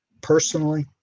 personally